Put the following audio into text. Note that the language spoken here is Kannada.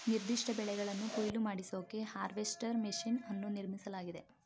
ನಿರ್ದಿಷ್ಟ ಬೆಳೆಗಳನ್ನು ಕೊಯ್ಲು ಮಾಡಿಸೋಕೆ ಹಾರ್ವೆಸ್ಟರ್ ಮೆಷಿನ್ ಅನ್ನು ನಿರ್ಮಿಸಲಾಗಿದೆ